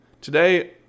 Today